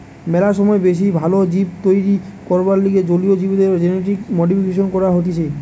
ম্যালা সময় বেশি ভাল জীব তৈরী করবার লিগে জলীয় জীবদের জেনেটিক মডিফিকেশন করা হতিছে